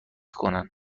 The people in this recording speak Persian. کنن